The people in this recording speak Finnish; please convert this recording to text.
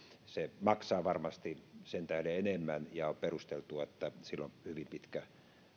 se maksaa varmasti sen tähden enemmän ja on perusteltua että sillä on hyvin pitkä